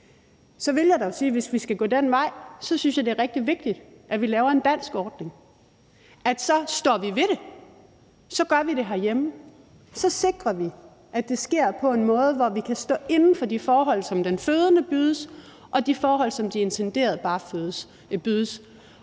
synes jeg dog også, at det, hvis vi skal gå den vej, er rigtig vigtigt, at vi laver en dansk ordning, og at vi så står ved det og så gør det herhjemme. Så sikrer vi, at det sker på en måde, hvor vi kan stå inde for de forhold, som den fødende bydes, og de forhold, som de intenderede forældre bydes,